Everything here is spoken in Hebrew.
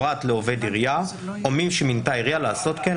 פרט לעובד עירייה או מי שמינתה העירייה לעשות כן,